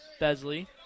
Besley